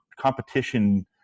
competition